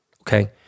okay